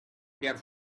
their